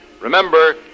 Remember